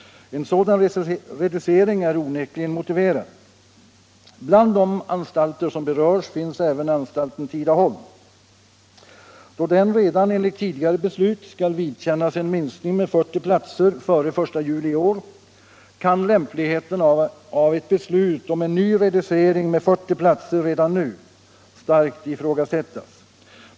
En sådan reducering är onekligen motiverad. Här berörs även anstalten Tidaholm. Då den enligt tidigare beslut skall vidkännas en minskning med 40 platser före den 1 juli i år kan lämpligheten av ett beslut om en ny reducering redan nu med 40 platser starkt ifrågasättas.